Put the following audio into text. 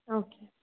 okay